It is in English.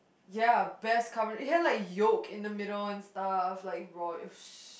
ya best carbo~ they have like yolk in the middle and stuff like raw it was